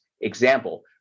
Example